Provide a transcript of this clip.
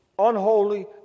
unholy